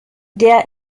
der